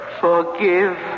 Forgive